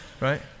right